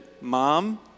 mom